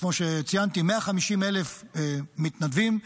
וכמו שציינתי, 150,000 מתנדבים,